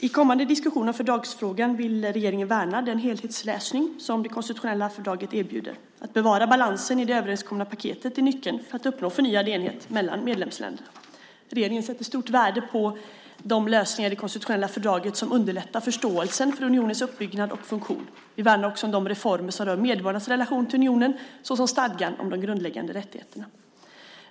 I kommande diskussioner om fördragsfrågan vill regeringen värna den helhetslösning som det konstitutionella fördraget erbjuder. Att bevara balansen i det överenskomna paketet är nyckeln för att uppnå förnyad enighet mellan medlemsländerna. Regeringen sätter stort värde på de lösningar i det konstitutionella fördraget som underlättar förståelsen för unionens uppbyggnad och funktion. Vi värnar också de reformer som rör medborgarnas relation till unionen, såsom stadgan om de grundläggande rättigheterna.